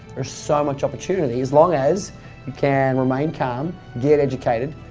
there's so much opportunity as long as you can remain calm, get educated,